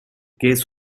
case